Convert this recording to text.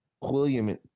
William